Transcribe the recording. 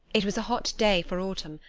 it was a hot day for autumn,